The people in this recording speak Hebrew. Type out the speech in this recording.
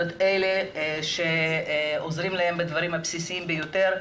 אלה שעוזרים להם בדברים הבסיסיים ביותר,